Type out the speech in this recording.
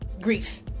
grief